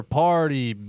party